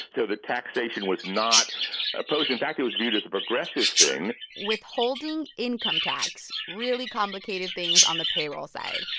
so the taxation was not opposed. in fact, it was viewed as a progressive thing withholding income tax really complicated things on the payroll side.